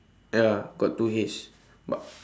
ya got two hays but